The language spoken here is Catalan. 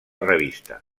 revista